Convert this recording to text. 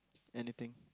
anything